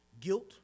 guilt